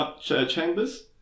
Chambers